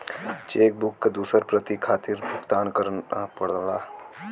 check book क दूसर प्रति खातिर भुगतान करना पड़ला